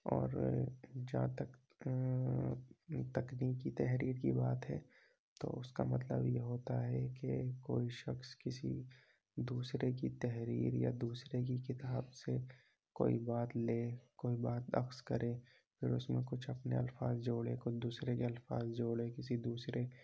اور جہاں تک تکنیکی تحریر کی بات ہے تو اس کا مطلب یہ ہوتا ہے کہ کوئی شخص کسی دوسرے کی تحریر یا دوسرے کی کتاب سے کوئی بات لے کوئی بات اخذ کرے پھر اس میں کچھ اپنے الفاظ جوڑے کچھ دوسرے کے الفاظ جوڑے کسی دوسرے